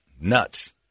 nuts